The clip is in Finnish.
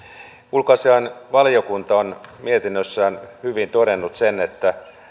ulkoasiainvaliokunta on mietinnössään hyvin todennut sen että